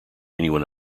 anyone